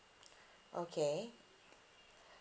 okay